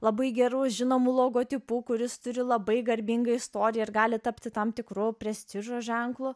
labai gerai žinomu logotipu kuris turi labai garbingą istoriją ir gali tapti tam tikru prestižo ženklu